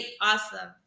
Awesome